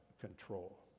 control